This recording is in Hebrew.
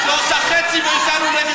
את לא עושה חצי מאתנו נגד